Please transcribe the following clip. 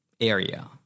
area